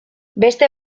beste